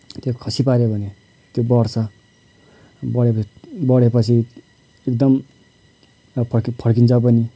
त्यो खसी पार्यो भने त्यो बढ्छ बढेप बढेपछि एकदम अब फर्कि फर्किन्छ पनि